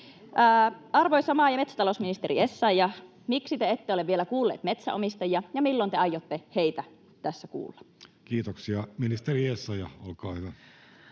Arvoisa maa- ja metsätalousministeri Essayah, miksi te ette ole vielä kuullut metsänomistajia, ja milloin te aiotte heitä tässä kuulla? [Speech 72] Speaker: Jussi Halla-aho